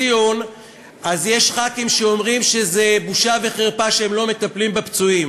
ציוני ודמוקרטי, לא סותר.